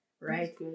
Right